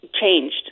changed